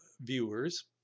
viewers